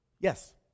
Yes